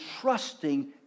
trusting